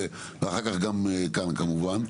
ואחר כך גם כאן כמובן.